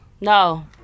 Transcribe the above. No